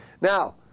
Now